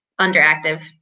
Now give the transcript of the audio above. underactive